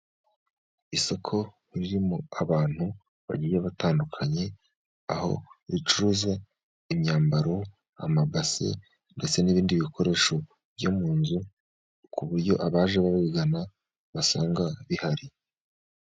Isoko ririmo abantu bagiye batandukanye, aho bacuruza imyambaro, amabase ndetse n'ibindi bikoresho byo mu nzu, ku buryo abaje babigana basanga bihari.